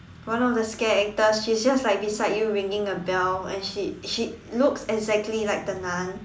one of the scare actors she is just like beside you ringing a bell and she she looks exactly like the nun